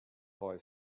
boy